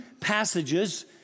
passages